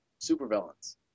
supervillains